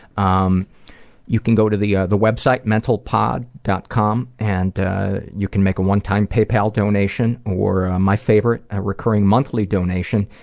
um you can go to the yeah the website, mentalpod. com, and you can make a one-time paypal donation, or my favorite, a recurring monthly donation.